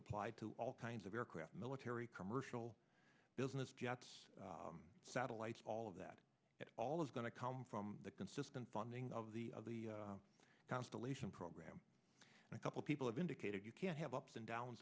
applied to all kinds of aircraft military commercial business jets satellites all of that at all is going to come from the consistent funding of the of the constellation program a couple people have indicated you can have ups and downs